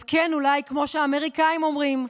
אז כן, אולי כמו שהאמריקנים אומרים,